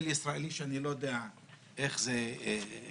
של כלליות, שהמטריה תהיה מטריה